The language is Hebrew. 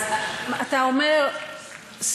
אז אתה אומר,